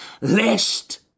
Lest